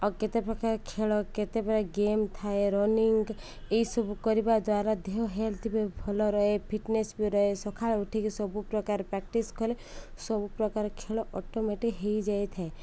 ଆଉ କେତେ ପ୍ରକାର ଖେଳ କେତେ ପ୍ର ଗେମ୍ ଥାଏ ରନିଙ୍ଗ ଏଇସବୁ କରିବା ଦ୍ୱାରା ଦେହ ହେଲ୍ଥ ବି ଭଲ ରହେ ଫିଟନେସ୍ ବି ରହେ ସକାଳ ଉଠିକି ସବୁପ୍ରକାର ପ୍ରାକ୍ଟିସ୍ କଲେ ସବୁ ପ୍ର୍ରକାର ଖେଳ ଅଟୋମେଟିକ୍ ହୋଇଯାଇଥାଏ